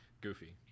goofy